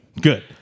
Good